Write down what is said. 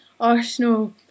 Arsenal